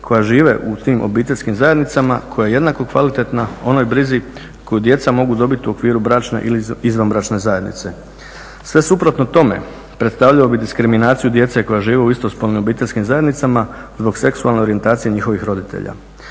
koja žive u tim obiteljskim zajednicama koja je jednako kvalitetna onoj brzi koju djeca mogu dobiti u okviru bračne ili izvanbračne zajednice. Sve suprotno tome predstavljalo bi diskriminaciju djece koja žive u istospolnim obiteljskim zajednicama zbog seksualne orijentacije njihovih roditelja.